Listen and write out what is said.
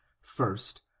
First